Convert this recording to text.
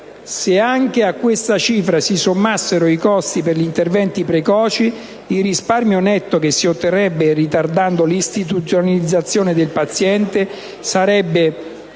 Se anche a questa cifra si sommassero i costi per gli interventi precoci, il risparmio netto che si otterrebbe ritardando l'istituzionalizzazione del paziente sarebbe